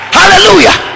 hallelujah